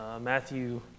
Matthew